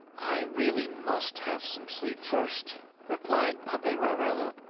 i really must have some sleep first replied paperarello,